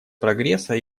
прогресса